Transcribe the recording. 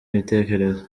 ibitekerezo